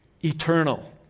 eternal